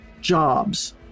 jobs